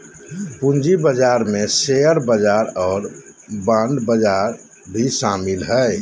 पूँजी बजार में शेयर बजार और बांड बजार भी शामिल हइ